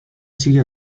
sigue